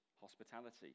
hospitality